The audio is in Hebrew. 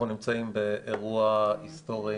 אנחנו נמצאים באירוע היסטורי